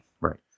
Right